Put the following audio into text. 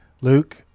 Luke